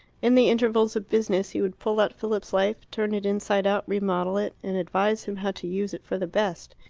in the intervals of business he would pull out philip's life, turn it inside out, remodel it, and advise him how to use it for the best.